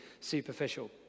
superficial